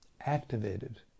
activated